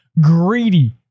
greedy